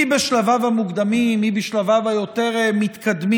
מי בשלביו המוקדמים, מי בשלביו היותר-מתקדמים,